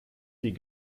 die